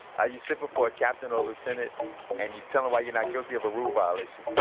ah you sit before a captain or lieutenant and you tell them why you're not guilty of a rule violation.